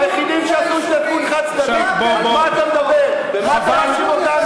והיחידים שעשו התנתקות חד-צדדית, על מה אתה מדבר?